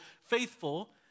faithful